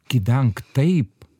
gyvenk taip